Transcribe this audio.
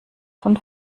von